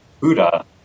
Buddha